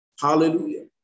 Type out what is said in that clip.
Hallelujah